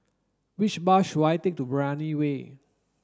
which bus should I take to Brani Way